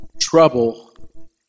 trouble